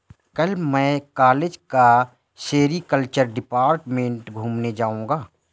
कल मैं कॉलेज का सेरीकल्चर डिपार्टमेंट घूमने जाऊंगा